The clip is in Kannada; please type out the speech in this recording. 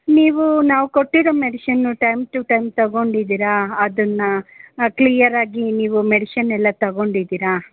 ನೀವು ನಾವು ಕೊಟ್ಟಿರೋ ಮೆಡಿಶನನ್ನ ಟೈಮ್ ಟು ಟೈಮ್ ತೊಗೊಂಡಿದ್ದೀರಾ ಅದನ್ನು ಕ್ಲಿಯರಾಗಿ ನೀವು ಮೆಡಿಶನ್ನೆಲ್ಲ ತೊಗೊಂಡಿದ್ದೀರಾ